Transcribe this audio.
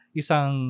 isang